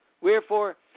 Wherefore